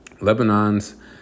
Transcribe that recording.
lebanon's